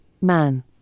Man